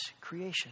creation